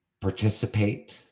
participate